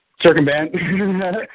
circumvent